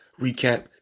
recap